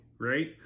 right